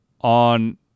On